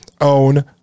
own